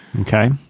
Okay